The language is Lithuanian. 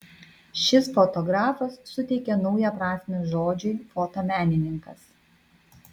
šis fotografas suteikė naują prasmę žodžiui fotomenininkas